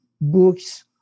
books